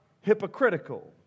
hypocritical